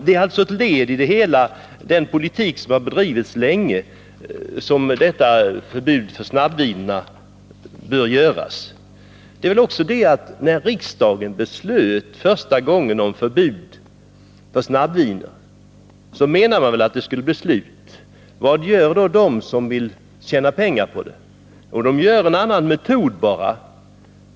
Det är alltså som ett led i den politik som har bedrivits länge som ett förbud mot snabbvinerna bör införas. När riksdagen första gången beslutade om förbud för snabbvinet, så menade man väl att det skulle bli slut på tillverkningen. Vad gör då de som vill tjäna pengar på det? Jo, de inför bara en annan metod.